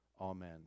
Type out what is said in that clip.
Amen